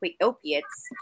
opiates